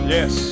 Yes